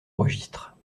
registre